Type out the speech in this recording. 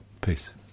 Peace